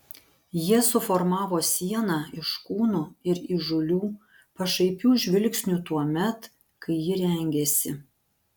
jie suformavo sieną iš kūnų ir įžūlių pašaipių žvilgsnių tuomet kai ji rengėsi